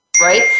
right